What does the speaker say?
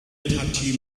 partie